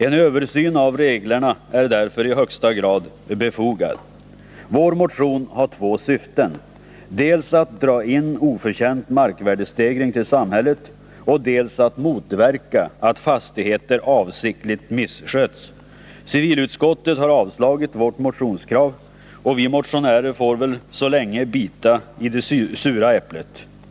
En översyn av reglerna är därför i högsta grad befogad. Vår motion har två syften: dels att dra in oförtjänt markvärdestegring till samhället, dels att motverka att fastigheter avsiktligt missköts. Civilutskottet har avstyrkt vårt motionskrav, och vi motionärer får väl t. v. bita i det sura äpplet.